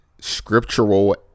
scriptural